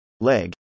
Leg